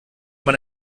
man